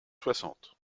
soixante